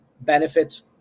benefits